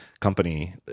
company